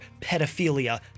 pedophilia